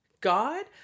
God